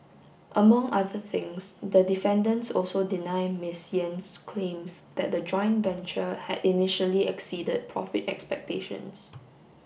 among other things the defendants also deny Miss Yen's claims that the joint venture had initially exceeded profit expectations